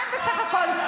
מה הם בסך הכול?